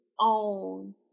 own